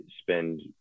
spend